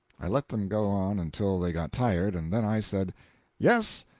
i let them go on until they got tired, and then i said yes,